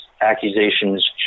accusations